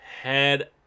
head